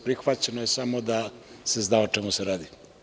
Prihvaćeno je, samo da se zna o čemu se radi.